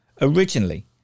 originally